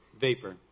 vapor